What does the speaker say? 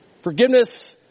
Forgiveness